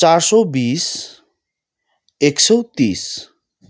चार सय बिस एक सय तिस